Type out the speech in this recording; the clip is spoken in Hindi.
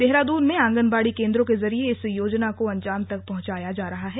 देहरादून में आंगनबाड़ी केंद्रों के जरिये इस योजना को अंजाम तक पहुंचाया जा रहा है